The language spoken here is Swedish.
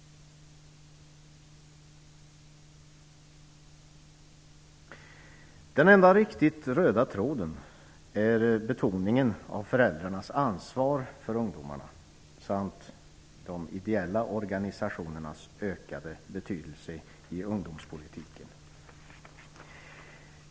Den enda riktigt röda tråden är betoningen av föräldrarnas ansvar för ungdomarna och av de ideella organisationernas ökade betydelse i ungdomspolitiken.